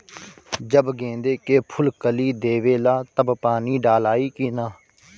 जब गेंदे के फुल कली देवेला तब पानी डालाई कि न?